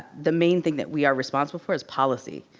the main thing that we are responsible for is policy.